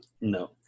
No